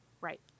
Right